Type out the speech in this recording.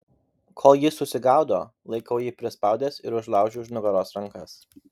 kol jis susigaudo laikau jį prispaudęs ir užlaužiu už nugaros rankas